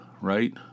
Right